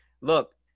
look